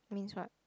means what